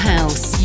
House